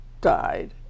died